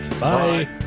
Bye